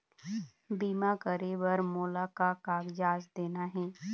बीमा करे बर मोला का कागजात देना हे?